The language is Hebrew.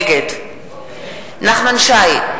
נגד נחמן שי,